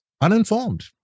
uninformed